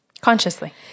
Consciously